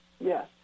Yes